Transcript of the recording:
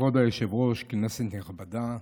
כבוד היושב-ראש, כנסת נכבדה,